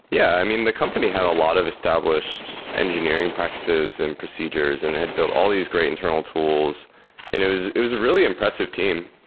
yeah. i mean, the company had a lot of established engineering practices and procedures and they had built all these great internal tools and it was it was a really impressive team,